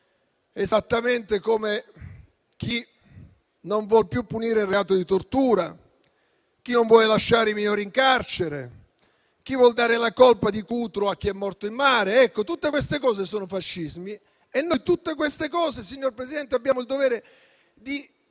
esattamente come chi non vuol più punire il reato di tortura, chi non vuole lasciare i minori in carcere, chi vuol dare la colpa di Cutro a chi è morto in mare. Ecco, tutte queste cose sono fascismi e noi tutte queste cose, signor Presidente, abbiamo il dovere di